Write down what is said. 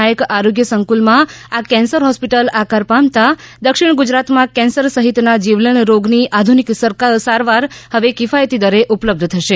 નાયક આરોગ્ય સંકૂલમાં આ કેન્સર હોસ્પિટલ આકાર પામતા દક્ષિણ ગુજરાત માં કેન્સર સહિતના જીવલેણ રોગની આધુનિક સારવાર કિફાયતી દરે ઉપલબ્ધ થશે